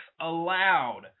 allowed